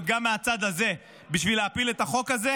גם מהצד הזה בשביל להפיל את החוק הזה,